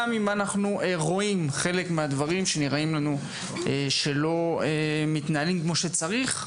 גם אם אנחנו רואים חלק מהדברים שנראים לנו שלא מתנהלים כמו שצריך,